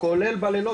כולל בלילות,